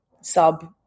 sub